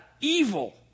evil